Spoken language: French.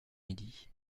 midi